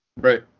Right